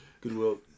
goodwill